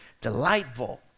delightful